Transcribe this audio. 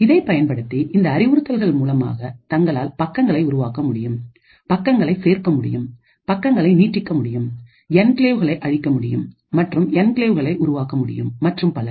இதை பயன்படுத்திஇந்த அறிவுறுத்தல்கள் மூலமாக தங்களால் பக்கங்களை உருவாக்க முடியும் பக்கங்களை சேர்க்க முடியும் பக்கங்களை நீட்டிக்க முடியும் என்கிளேவ்களை அழிக்க முடியும் மற்றும் என்கிளேவ்களை உருவாக்க முடியும் மற்றும் பல